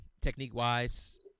Technique-wise